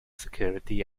security